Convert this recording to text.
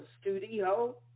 studio